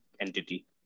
entity